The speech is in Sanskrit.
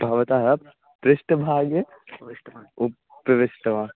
भवतः पृष्टभागे उपविष्टवान् उपविष्टवान्